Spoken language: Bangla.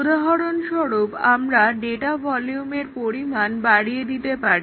উদাহরণস্বরূপ আমরা ডেটা ভলিউমের পরিমাণ বাড়িয়ে দিতে পারি